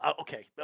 Okay